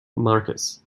marquess